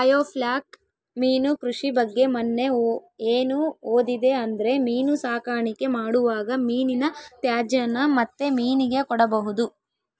biofloc ಮೀನು ಕೃಷಿ ಬಗ್ಗೆ ಮನ್ನೆ ಏನು ಓದಿದೆ ಅಂದ್ರೆ ಮೀನು ಸಾಕಾಣಿಕೆ ಮಾಡುವಾಗ ಮೀನಿನ ತ್ಯಾಜ್ಯನ ಮತ್ತೆ ಮೀನಿಗೆ ಕೊಡಬಹುದು